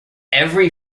every